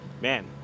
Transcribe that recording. man